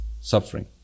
suffering